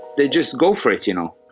they just go for it you know,